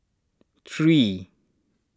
three